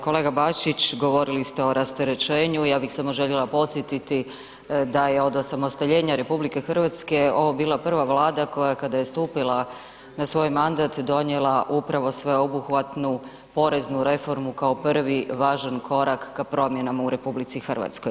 Kolega Bačić, govorili ste o rasterećenju, ja bih samo željela podsjetiti da je od osamostaljenja RH ovo bila prva Vlada koja je kada je stupila na svoj mandat donijela upravo sveobuhvatnu poreznu reformu kao prvi važan korak ka promjenama u RH.